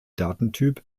datentyp